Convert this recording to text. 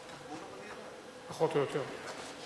פחות או יותר.